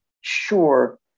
sure